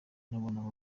nabonaga